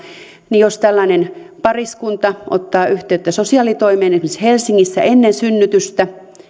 niin jos tällainen pariskunta ottaa yhteyttä sosiaalitoimeen esimerkiksi helsingissä ennen synnytystä